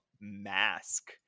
mask